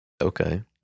Okay